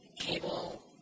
cable